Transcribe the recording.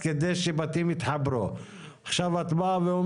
כי אתה יודע היטב